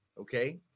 okay